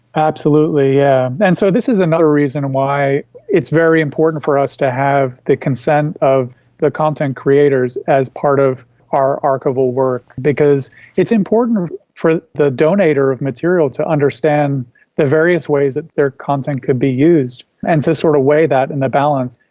absolutely, yes, yeah and so this is another reason why it's very important for us to have the consent of the content creators as part of our archival work because it's important for the donator of material to understand the various ways that their content could be used, and to so sort of weigh that in the balance.